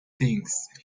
things